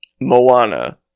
Moana